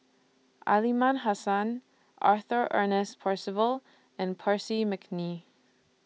Aliman Hassan Arthur Ernest Percival and Percy Mcneice